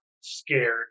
scared